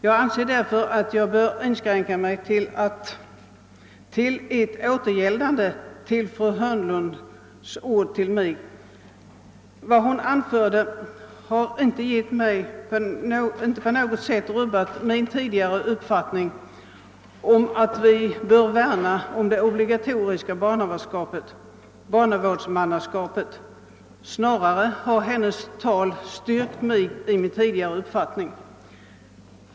Jag anser därför att jag bör inskränka mig till ett återgäldande av fru Hörnlunds ord till mig. Vad fru Hörnlund anförde har inte på något sätt rubbat min tidigare uppfattning att vi bör värna om det obligatoriska barnavårdsmannaskapet; snarare har hennes synpunkter styrkt mig i min tidigare uppfattning.